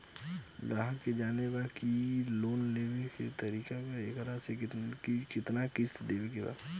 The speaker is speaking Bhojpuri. ग्राहक के जाने के बा की की लोन लेवे क का तरीका बा एकरा में कितना किस्त देवे के बा?